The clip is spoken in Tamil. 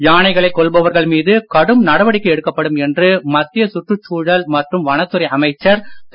யானைகளைக் கொல்பவர்கள் மீது கடும் நடவடிக்கை எடுக்கப்படும் என்று மத்திய சுற்றுச் சூழல் மற்றும் வனத் துறை அமைச்சர் திரு